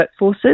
workforces